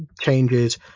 changes